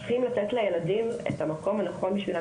צריך לתת לילדים את המקום הנכון בשבילם.